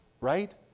right